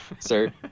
sir